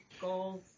goals